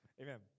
Amen